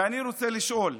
אני רוצה לשאול: